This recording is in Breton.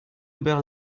ober